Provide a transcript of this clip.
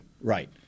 right